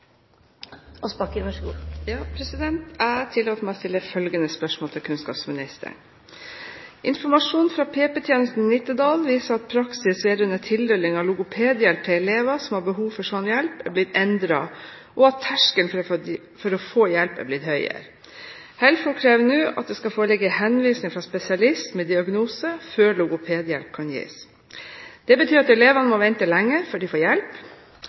elever som har behov for slik hjelp, er blitt endret, og at terskelen for å få hjelp er blitt høyere. HELFO krever nå at det skal foreligge en henvisning fra spesialist med diagnose før logopedhjelp kan gis. Det betyr at elevene må vente lenger før de får hjelp.